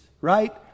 right